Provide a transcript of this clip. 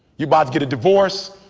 you bought to get a divorce